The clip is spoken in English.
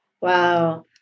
Wow